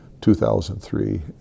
2003